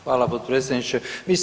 Hvala potpredsjedniče.